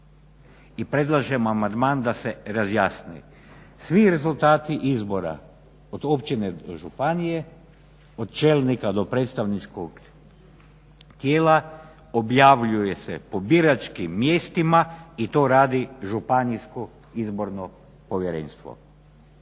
I predlažem amandman da se razjasni. Svi rezultati izbora od općine do županije, od čelnika do predstavničkog tijela objavljuje se po biračkim mjestima i to radi Županijsko izborno povjerenstvo.